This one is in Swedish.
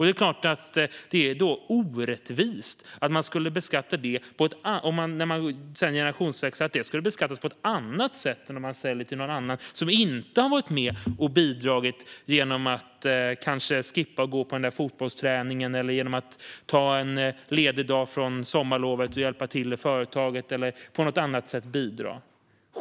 Det är klart att det då är orättvist att en generationsväxling skulle beskattas på ett annat sätt än om man säljer till någon annan, som inte har varit med och bidragit genom att kanske skippa att gå på fotbollsträningen, genom att ta en ledig dag från sommarlovet och hjälpa till i företaget eller genom att på något annat sätt bidra.